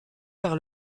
par